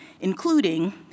including